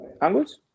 Angus